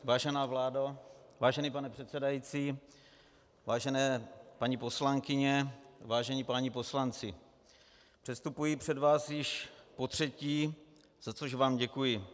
Vážená vládo, vážený pane předsedající, vážené paní poslankyně, vážení páni poslanci, předstupuji před vás již potřetí, za což vám děkuji.